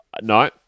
No